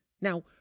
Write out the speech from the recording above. Now